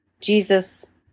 Jesus